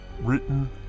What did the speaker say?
Written